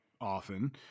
often